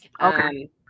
Okay